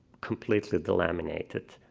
completely delaminated,